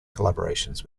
collaborations